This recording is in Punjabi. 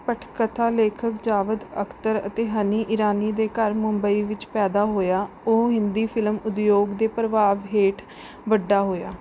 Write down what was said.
ਪਟਕਥਾ ਲੇਖਕ ਜਾਵਦ ਅਖ਼ਤਰ ਅਤੇ ਹਨੀ ਇਰਾਨੀ ਦੇ ਘਰ ਮੁੰਬਈ ਵਿੱਚ ਪੈਦਾ ਹੋਇਆ ਉਹ ਹਿੰਦੀ ਫਿਲਮ ਉਦਯੋਗ ਦੇ ਪ੍ਰਭਾਵ ਹੇਠ ਵੱਡਾ ਹੋਇਆ